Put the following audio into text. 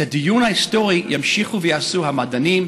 את הדיון ההיסטורי ימשיכו ויעשו המדענים,